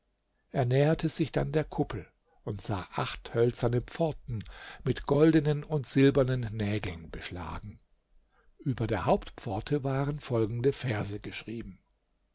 er näherte sich dann der kuppel und sah acht hölzerne pforten mit goldenen und silbernen nägeln beschlagen über der hauptpforte waren folgende verse geschrieben